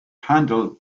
handel